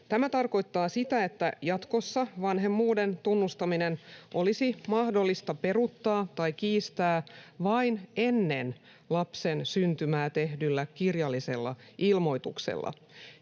Tämä tarkoittaa sitä, että jatkossa vanhemmuuden tunnustaminen olisi mahdollista peruuttaa tai kiistää vain ennen lapsen syntymää tehdyllä kirjallisella ilmoituksella.